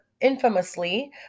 infamously